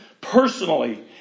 personally